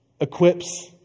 equips